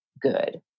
good